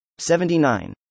79